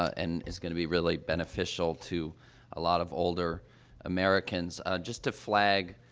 and it's going to be really beneficial to a lot of older americans. ah, just to flag,